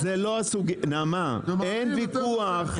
נעמה אין ויכוח,